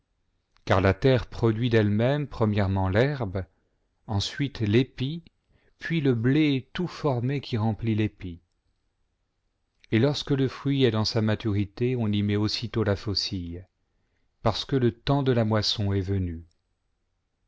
car la terre produit d'ellemême premièrement l'herbe ensuite l'épi puis le blé tout formé qui remplit l'épi et lorsque le fruit est dans sa maturité on y met aussitôt la faucille parce que le temps de la moisson est venu